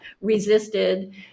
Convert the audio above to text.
resisted